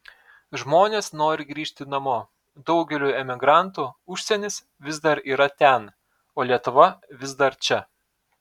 žmonės nori grįžti namo daugeliui emigrantų užsienis vis dar yra ten o lietuva vis dar čia